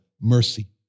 mercy